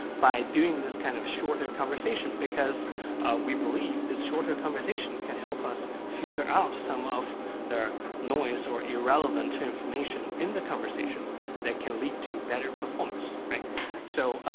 by doing this kind of shortened conversation because we believe this shorter conversation can help us filter out some of the noise or irrelevant information in the conversation that can lead to better performance. so,